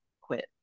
quit